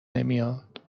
نمیاد